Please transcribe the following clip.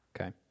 Okay